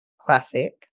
Classic